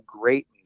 great